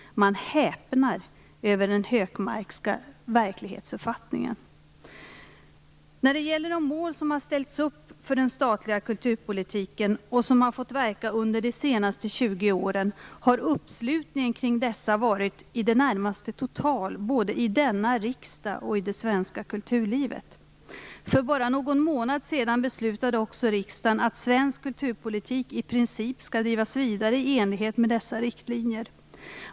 Man häpnar över den Hökmarkska verklighetsuppfattningen. När det gäller de mål som ställts upp för den statliga kulturpolitiken, och som fått verka under de senaste 20 åren, har uppslutningen kring dessa varit i det närmaste total både i denna riksdag och i det svenska kulturlivet. För bara någon månad sedan beslutade också riksdagen att svensk kulturpolitik i princip skall drivas vidare i enlighet med dessa riktlinjer.